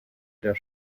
der